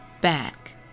back